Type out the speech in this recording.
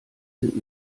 sind